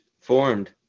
formed